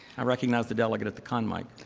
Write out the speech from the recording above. i recognize the delegate at the con mic.